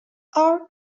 are